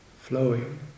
flowing